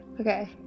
okay